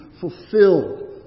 fulfilled